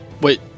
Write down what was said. Wait